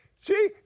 See